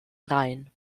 rhein